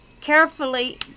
carefully